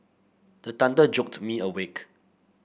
the thunder jolt me awake